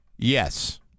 Yes